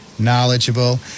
Knowledgeable